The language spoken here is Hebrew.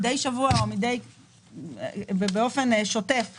מידי שבוע באופן שוטף בחברות,